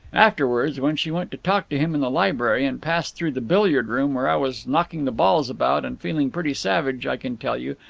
afterwards when she went to talk to him in the library, and passed through the billiard-room where i was knocking the balls about and feeling pretty savage, i can tell you,